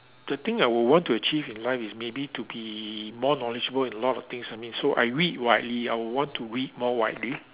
the thing I would want to achieve in life is maybe to be more knowledgeable in a lot of things I mean so I read widely I would want to read more widely